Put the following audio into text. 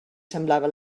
semblava